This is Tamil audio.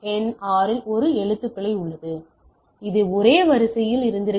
ஆரில் ஒரு எழுத்துப்பிழை உள்ளது அது ஒரே வரிசையில் இருந்திருக்க வேண்டும்